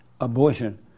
abortion